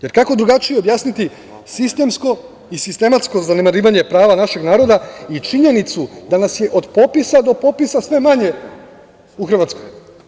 Jer, kako drugačije objasniti sistemsko i sistematsko zanemarivanje prava našeg naroda i činjenicu da nas je od popisa do popisa sve manje u Hrvatskoj.